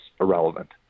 irrelevant